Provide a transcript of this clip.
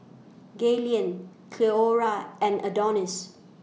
Gaylene Cleora and Adonis